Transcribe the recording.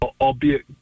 albeit